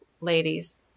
ladies